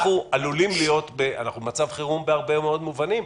אנחנו במצב חירום בהרבה מאוד מובנים.